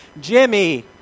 Jimmy